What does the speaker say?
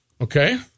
Okay